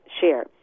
share